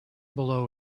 below